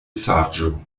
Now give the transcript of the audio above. saĝo